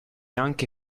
anche